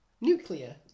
Nuclear